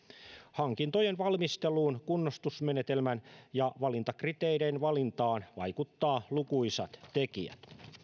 hankintojen valmisteluun kunnostusmenetelmän ja valintakriteereiden valintaan vaikuttavat lukuisat tekijät